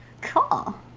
Cool